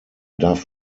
darf